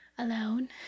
Alone